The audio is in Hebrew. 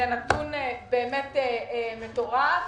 זה נתון באמת מטורף.